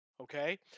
Okay